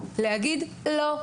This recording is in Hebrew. להגיד: לא,